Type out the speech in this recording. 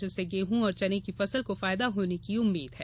जिससे गेंहूँ और चने की फसल को फायदा होने की उम्मीद है